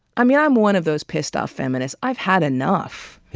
i'm yeah i'm one of those pissed off feminists. i've had enough.